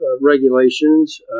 regulations